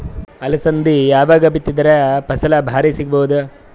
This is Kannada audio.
ಅಲಸಂದಿ ಯಾವಾಗ ಬಿತ್ತಿದರ ಫಸಲ ಭಾರಿ ಸಿಗಭೂದು?